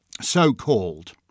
so-called